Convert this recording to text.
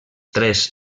tres